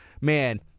Man